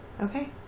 Okay